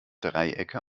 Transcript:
dreiecke